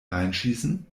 reinschießen